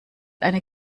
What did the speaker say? eine